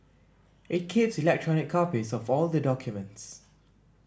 it keeps electronic copies of all the documents